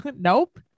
Nope